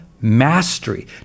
mastery